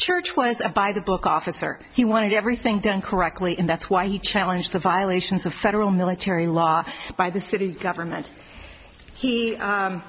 church was by the book officer he wanted everything done correctly and that's why you challenge the violations of federal military law by the city government he